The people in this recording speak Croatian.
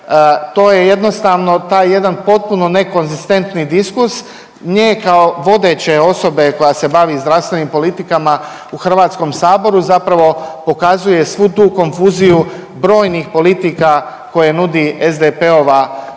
to je jednostavno taj jedan potpuno nekonzistentni diskus nje kao vodeće osobe koja se bavi zdravstvenim politikama u Hrvatskom saboru zapravo pokazuje svu tu konfuziju brojnih politika koje nudi SDP-ova sadašnja